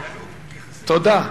תודה.